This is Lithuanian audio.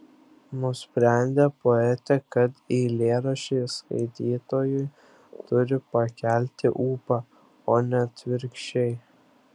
nusprendė poetė kad eilėraščiai skaitytojui turi pakelti ūpą o ne atvirkščiai